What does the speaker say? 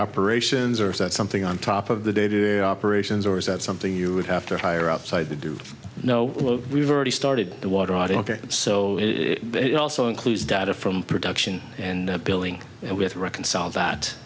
operations or is that something on top of the day to day operations or is that something you would have to hire outside the do know we've already started the water out of here so it also includes data from production and billing and we have to reconcile that